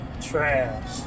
trash